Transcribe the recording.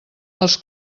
els